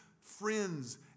friends